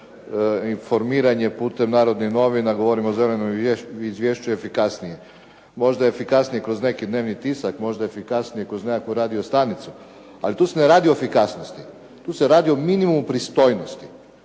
informiranje putem Narodnih novina govorim o zelenom izvješću je efikasnije. Možda efikasnije kroz neki dnevni tisak, možda efikasnije kroz nekakvu radio stanicu, ali tu se ne radi o efikasnosti. Tu se radi o minimumu pristojnosti.